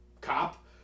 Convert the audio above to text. cop